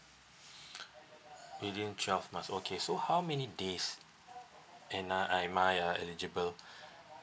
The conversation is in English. within twelve months okay so how many days and uh am I uh eligible